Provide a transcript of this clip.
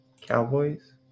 Cowboys